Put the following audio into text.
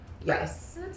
yes